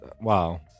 Wow